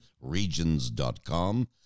Regions.com